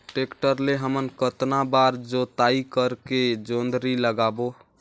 Tractor ले हमन कतना बार जोताई करेके जोंदरी लगाबो?